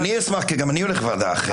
אני חייב ללכת לוועדה אחרת.